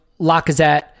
Lacazette